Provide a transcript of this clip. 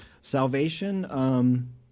Salvation